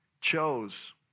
chose